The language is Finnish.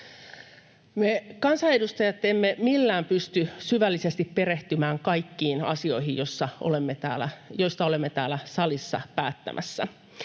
Me kansanedustajat emme millään pysty syvällisesti perehtymään kaikkiin asioihin, joista olemme täällä salissa päättämässä.